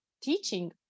teaching